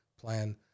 plan